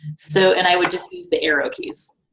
so, and i would just use the arrow keys.